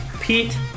Pete